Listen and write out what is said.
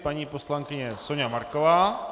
Paní poslankyně Soňa Marková.